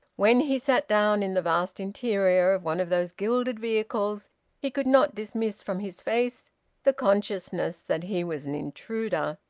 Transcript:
when he sat down in the vast interior of one of those gilded vehicles he could not dismiss from his face the consciousness that he was an intruder,